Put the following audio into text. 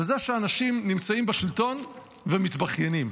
בזה שאנשים נמצאים בשלטון ומתבכיינים.